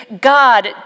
God